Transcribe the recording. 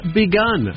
begun